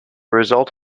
result